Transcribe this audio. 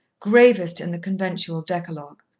gravest in the conventual decalogue.